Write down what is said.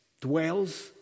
dwells